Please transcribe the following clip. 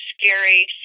scary